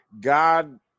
God